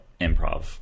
improv